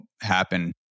happen